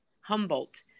Humboldt